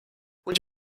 would